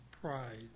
pride